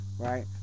Right